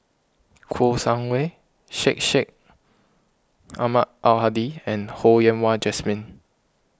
Kouo Shang Wei Syed Sheikh Syed Ahmad Al Hadi and Ho Yen Wah Jesmine